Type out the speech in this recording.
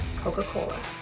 Coca-Cola